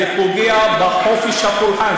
זה פוגע בחופש הפולחן,